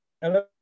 hello